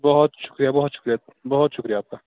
بہت شکریہ بہت شکریہ بہت شکریہ آپ کا